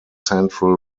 central